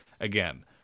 Again